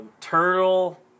turtle